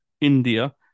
India